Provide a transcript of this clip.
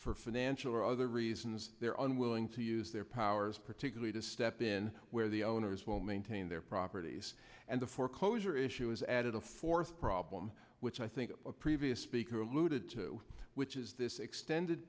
for financial or other reasons they're unwilling to use their powers particularly to step in where the owners will maintain their properties and the foreclosure issue is added a fourth problem which i think a previous speaker alluded to which is this extended